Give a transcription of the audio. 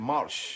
March